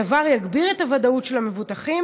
הדבר יגביר את הוודאות של המבוטחים